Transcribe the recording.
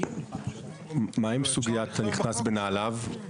מה עם סוגיית נכנס בנעליו?